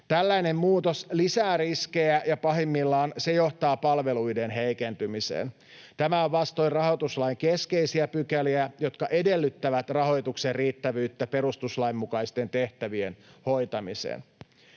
Tällainen muutos lisää riskejä, ja pahimmillaan se johtaa palveluiden heikentymiseen. Tämä on vastoin rahoituslain keskeisiä pykäliä, jotka edellyttävät rahoituksen riittävyyttä perustuslain mukaisten tehtävien hoitamiseen.